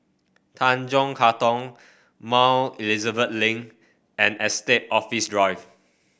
Tanjong Katong Mount Elizabeth Link and Estate Office Drive